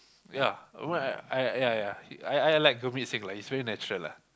ya I I ya ya I I like Gurmit-Singh lah he's very natural lah